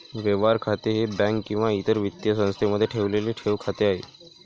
व्यवहार खाते हे बँक किंवा इतर वित्तीय संस्थेमध्ये ठेवलेले ठेव खाते आहे